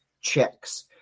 checks